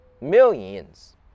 millions